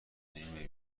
نمیای